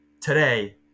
today